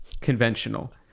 conventional